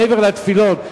מעבר לתפילות,